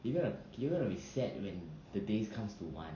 you gonna you gonna be sad when the days comes to one